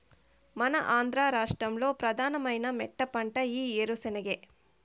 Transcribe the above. మన ఆంధ్ర రాష్ట్రంలో ప్రధానమైన మెట్టపంట ఈ ఏరుశెనగే